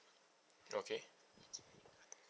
okay